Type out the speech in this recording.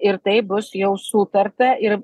ir taip bus jau sutarta ir